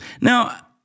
now